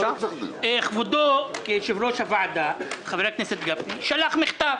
כבוד יושב-ראש הוועדה, חבר הכנסת גפני, שלח מכתב